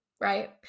right